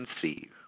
conceive